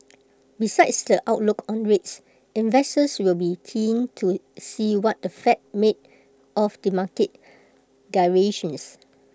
besides the outlook on rates investors will be keen to see what the fed made of the market gyrations